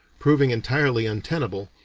proving entirely untenable,